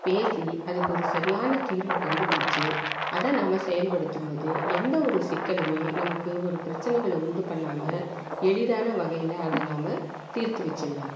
பேசி அதுக்கு ஒரு சரியான தீர்வை கண்டுபிடிச்சி அதை நாம் செயல்படுத்தும் போது எந்த ஒரு சிக்கலுமே நமக்கு ஒரு பிரச்சனைகளை உண்டு பண்ணாமல் எளிதான வகையில் அதை நாம் தீர்த்து வச்சிடலாம்